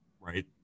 right